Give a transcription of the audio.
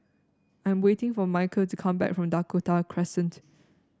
I'm waiting for Mikel to come back from Dakota Crescent